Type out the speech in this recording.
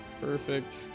Perfect